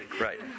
Right